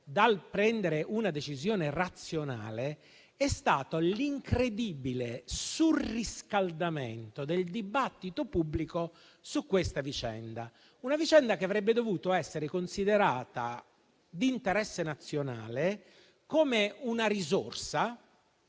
dal prendere una decisione razionale è stato l'incredibile surriscaldamento del dibattito pubblico su questa vicenda, una vicenda che avrebbe dovuto essere considerata di interesse nazionale, come una risorsa.